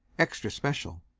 extra special.